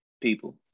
people